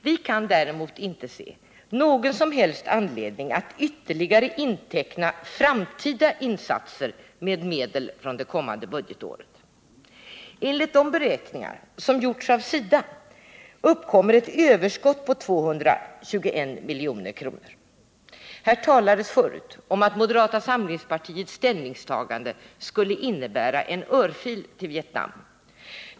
Vi kan däremot inte se någon som helst anledning att ytterligare inteckna framtida insatser med medel från det kommande budgetåret. Enligt de beräkningar som gjorts av SIDA uppkommer ett överskott på 221 milj.kr. Här talades förut om att moderata samlingspartiets ställningstagande skulle innebära en örfil till Vietnam.